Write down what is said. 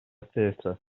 theater